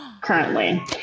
currently